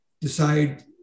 decide